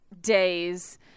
days